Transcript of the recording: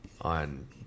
on